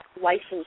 license